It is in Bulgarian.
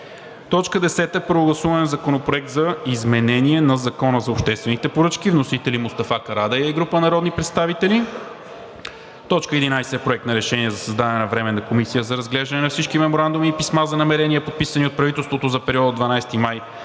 10. Първо гласуване на Законопроекта за изменение на Закона за обществените поръчки. Вносители – Мустафа Карадайъ и група народни представители. 11. Проект на решение за създаване на Временна комисия за разглеждане на всички меморандуми и писма за намерения, подписани от правителството за периода от 12 май